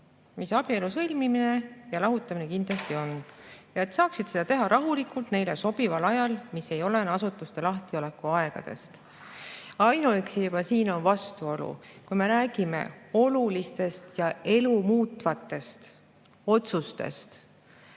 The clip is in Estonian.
mida abielu sõlmimine ja lahutamine kindlasti on, rahulikult neile sobival ajal, mis ei olene asutuste lahtiolekuaegadest. Ainuüksi juba siin on vastuolu. Kui me räägime olulistest ja elumuutvatest otsustest,